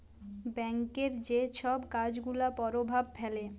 ব্যাংকের যে ছব কাজ গুলা পরভাব ফেলে